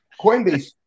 Coinbase